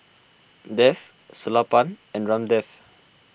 Dev Sellapan and Ramdev